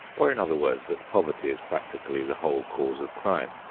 or in other words that poverty is practically the whole cause of crime.